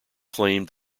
claimed